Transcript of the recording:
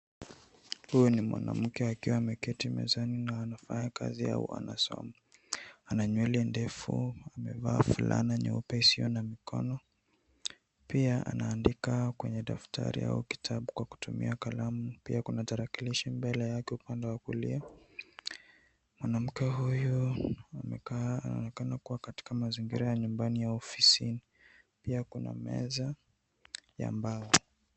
Huyu ni mwanamke akiwa ameketi mezani na anafanya kazi au anasoma. Ana nywele ndefu, amevaa fulana nyeupe isiyo na mikono, pia anaandika kwenye daftari au kitabu kwa kutumia kalamu. Pia kuna tarakilishi mbele yake upanuzi wa kulia. Mwanamke huyu amekaa anaonekana kuwa katika mazingira ya nyumbani au ofisini. Pia kuna meza ya mbao.